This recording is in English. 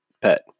pet